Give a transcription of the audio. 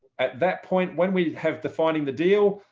at that point when we have the finding the deal.